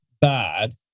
bad